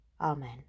Amen